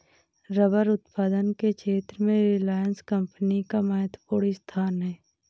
rubber उत्पादन के क्षेत्र में रिलायंस कम्पनी का महत्त्वपूर्ण स्थान है